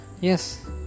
yes